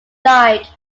like